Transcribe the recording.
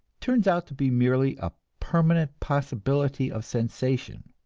turns out to be merely a permanent possibility of sensation.